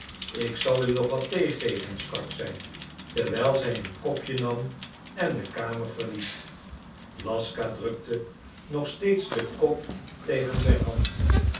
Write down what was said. ik zal u nog wat thee geven sprak zij terwijl zij zijn kopje nam en de kamer verliet laska drukte nog steeds den kop tegen zijn hand